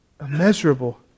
Immeasurable